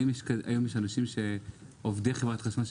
האם יש עובדי חברת החשמל,